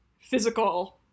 physical